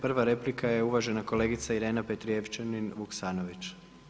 Prva replika je uvažena kolegica Irena Petrijevčanin Vuksanović.